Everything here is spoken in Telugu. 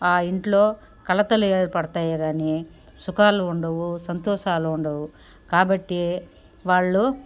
ఆ ఇంట్లో కలతలు ఏర్పడతాయే కాని సుఖాలు ఉండవు సంతోషాలు ఉండవు కాబట్టి వాళ్లు